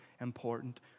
important